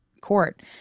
Court